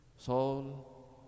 Saul